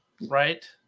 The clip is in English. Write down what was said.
right